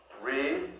read